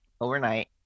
overnight